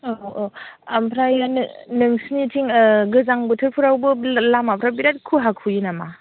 औ औ ओमफ्राय नों नोंसोरनिथिं गोजां बोथोरफोरावबो लामाफ्रा बिराद खुवा खुयो नामा